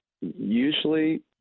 usually